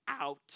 out